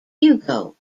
hugo